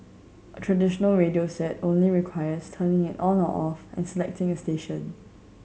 a traditional radio set only requires turning it on or off and selecting a station